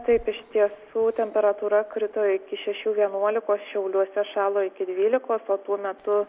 taip iš tiesų temperatūra krito iki šešių vienuolikos šiauliuose šalo iki dvylikos o tuo metu